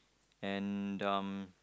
and um